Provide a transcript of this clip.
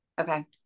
Okay